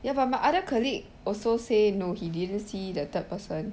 ya but my other colleague also say no he didn't see the third person